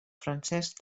francesc